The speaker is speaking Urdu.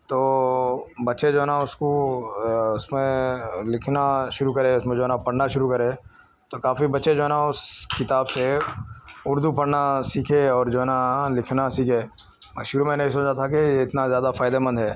تو بچے جو ہے نا اس کو اس میں لکھنا شروع کرے اس میں جو ہے نا پڑھنا شروع کرے تو کافی بچے جو ہے نا اس کتاب سے اردو پڑھنا سیکھے اور جو ہے نا لکھنا سیکھے شروع میں نہیں سوچا تھا کہ اتنا زیاہ فائدہ مند ہے